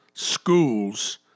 schools